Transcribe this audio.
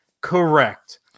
correct